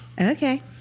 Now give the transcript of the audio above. Okay